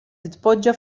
titpoġġa